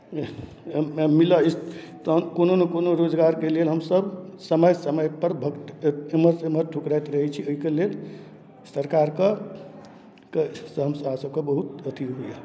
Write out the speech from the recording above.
मिल मिलय तहन कोनो नहि कोनो रोजगारके लेल हमसभ समय समयपर भट एम्हरसँ एम्हर ठुकराइत रहै छी एहिके लेल सरकारके से हमरा सभके बहुत अथि होइए